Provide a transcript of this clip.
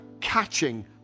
catching